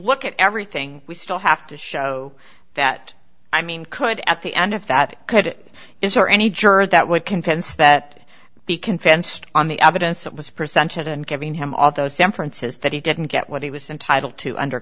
look at everything we still have to show that i mean could at the end if that could it is there any juror that would convince that beacon fenced on the evidence that was presented and given him although san francisco he didn't get what he was entitled to under